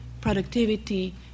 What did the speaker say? productivity